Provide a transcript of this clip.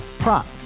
Prop